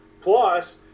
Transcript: Plus